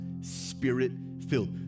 spirit-filled